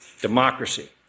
democracy